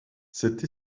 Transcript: cette